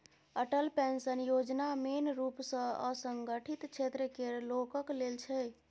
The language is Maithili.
अटल पेंशन योजना मेन रुप सँ असंगठित क्षेत्र केर लोकक लेल छै